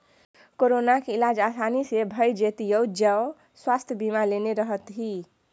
कोरोनाक इलाज आसानी सँ भए जेतियौ जँ स्वास्थय बीमा लेने रहतीह